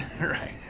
right